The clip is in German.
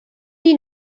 die